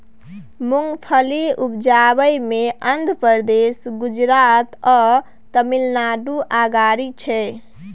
मूंगफली उपजाबइ मे आंध्र प्रदेश, गुजरात आ तमिलनाडु अगारी छै